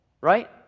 right